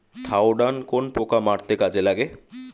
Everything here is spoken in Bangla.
থাওডান কোন পোকা মারতে কাজে লাগে?